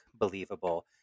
believable